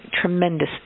tremendous